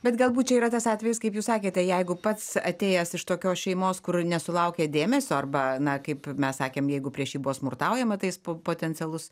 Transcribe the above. bet galbūt čia yra tas atvejis kaip jūs sakėte jeigu pats atėjęs iš tokios šeimos kur nesulaukė dėmesio arba na kaip mes sakėm jeigu prieš jį buvo smurtaujama tai jis po potencialus